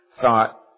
thought